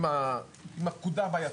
אם הפקודה בעייתית,